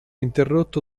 interrotto